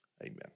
Amen